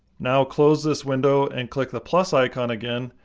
now close this window, and click the plus icon again,